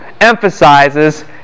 emphasizes